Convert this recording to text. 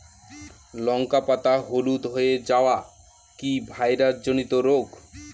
লঙ্কা পাতা হলুদ হয়ে যাওয়া কি ভাইরাস জনিত রোগ?